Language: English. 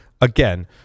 again